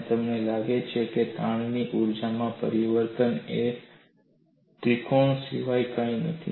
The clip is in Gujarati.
અને તમને લાગે છે કે તાણની ઊર્જામાં પરિવર્તન એ આ ત્રિકોણ સિવાય કંઈ નથી